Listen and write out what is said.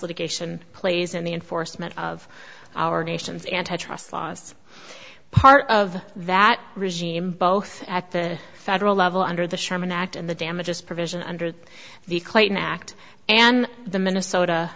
litigation plays in the enforcement of our nation's antitrust laws part of that regime both at the federal level under the sherman act and the damages provision under the clayton act and the minnesota